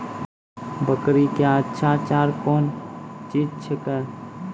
बकरी क्या अच्छा चार कौन चीज छै के?